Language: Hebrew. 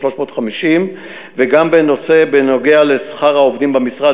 350. וגם בנוגע לשכר העובדים במשרד,